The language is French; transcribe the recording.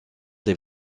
des